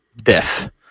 death